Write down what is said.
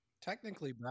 technically